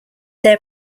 their